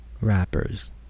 rappers